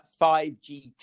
5G